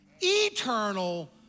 eternal